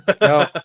No